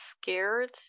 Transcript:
scared